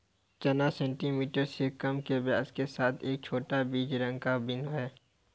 चना सेंटीमीटर से कम के व्यास के साथ एक छोटा, बेज रंग का बीन है